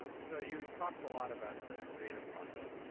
so you talked a lot about the creative process,